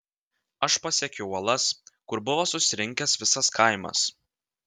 aš pasiekiau uolas kur buvo susirinkęs visas kaimas